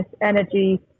energy